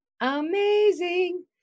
Amazing